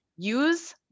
Use